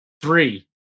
Three